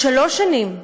עוד שלוש שנים.